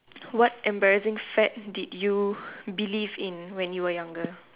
what embarrassing fad did you believe in when you were younger